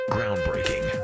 Groundbreaking